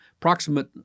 approximate